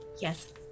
Yes